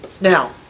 Now